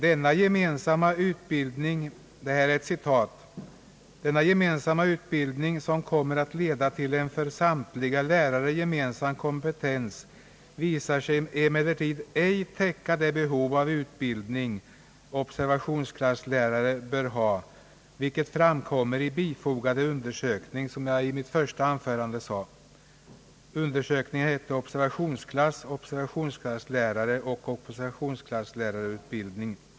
I skrivelsen säges på följande sätt: »Denna gemensamma utbildning, som kommer att leda till en för samtliga lärare gemensam kompetens, visar sig emellertid ej täcka det behov av utbildning observationsklasslärare har, vilket framkommer i bifogade undersökning Observationsklass, observationsklasslärare och observationsklasslärarutbildning.